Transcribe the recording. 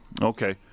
Okay